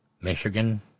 Michigan